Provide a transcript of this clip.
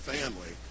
family